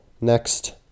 next